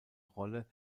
rolle